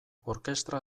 orkestra